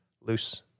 loose